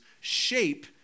shape